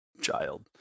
child